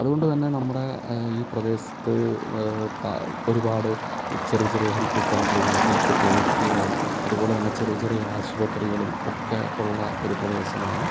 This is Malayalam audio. അതുകൊണ്ടുതന്നെ നമ്മുടെ ഈ പ്രദേശത്ത് ത ഒരുപാട് ചെറിയ ചെറിയ ഹെൽത്ത് സെൻററുകളും ഹെൽത്ത് ക്ലിനിക്കുകളും അതുപോലെതന്നെ ചെറിയ ചെറിയ ആശുപത്രികളും ഒക്കെ ഉള്ള ഒരു പ്രദേശമാണ്